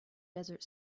desert